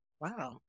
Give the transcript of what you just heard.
wow